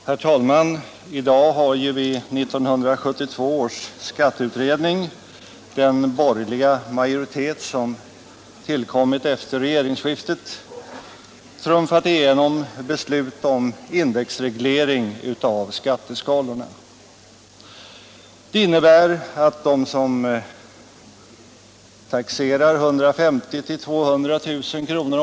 Herr talman! I dag har 1972 års skatteutrednings borgerliga majoritet som tillkom efter regeringsskiftet trumfat igenom beslut om indexreglering av skatteskalorna, vilket bl.a. innebär att de som taxeras för 150 000-200 000 kr.